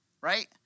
right